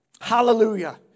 Hallelujah